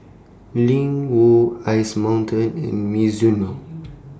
Ling Wu Ice Mountain and Mizuno